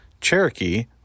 Cherokee